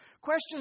Questions